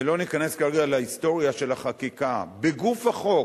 ולא ניכנס כרגע להיסטוריה של החקיקה, בגוף החוק